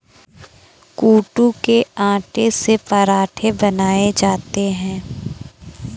कूटू के आटे से पराठे बनाये जाते है